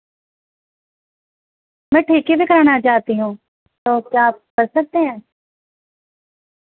میں ٹھیکے سے کرانا چاہتی ہوں تو کیا آپ کر سکتے ہیں